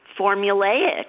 formulaic